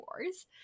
wars